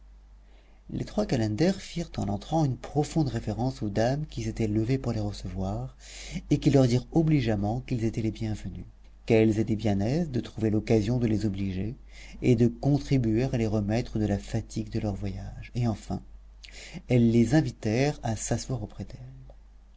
les trois calenders firent en entrant une profonde révérence aux dames qui s'étaient levées pour les recevoir et qui leur dirent obligeamment qu'ils étaient les bienvenus qu'elles étaient bien aises de trouver l'occasion de les obliger et de contribuer à les remettre de la fatigue de leur voyage et enfin elles les invitèrent à s'asseoir